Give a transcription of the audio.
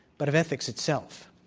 but of ethics itself.